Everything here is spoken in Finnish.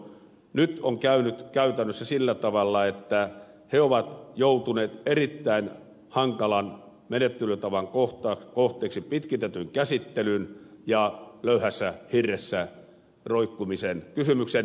nyt on käynyt käytännössä sillä tavalla että he ovat joutuneet erittäin hankalan menettelytavan kohteeksi pitkitetyn käsittelyn ja löyhässä hirressä roikkumisen takia